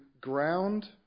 ground